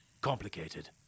complicated